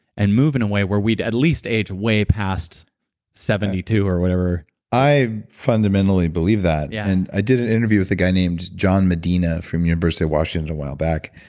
and move in a way were we'd at least age way past seventy two or whatever i fundamentally believe that. yeah and i did an interview with a guy named john medina from the university of washington a while back,